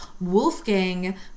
Wolfgang